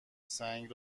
سنگ